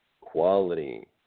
Quality